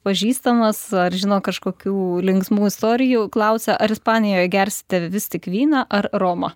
pažįstamas ar žino kažkokių linksmų istorijų klausia ar ispanijoj gersite vis tik vyną ar romą